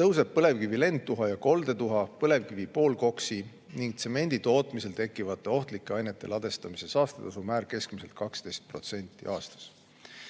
tõuseb põlevkivi lendtuha ja koldetuha, põlevkivi poolkoksi ning tsemendi tootmisel tekkivate ohtlike ainete ladestamise saastetasu määr keskmiselt 12% aastas.